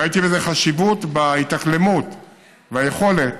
ראיתי בזה חשיבות להתאקלמות וליכולת